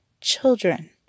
Children